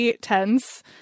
tense